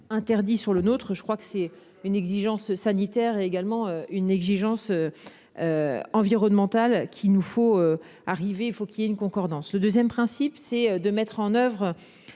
interdit sur le nôtre, je crois que c'est une exigence sanitaire et également une exigence. Environnementale qu'il nous faut arriver il faut qu'il y ait une concordance le 2ème principe c'est de mettre en oeuvre.